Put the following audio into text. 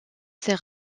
ces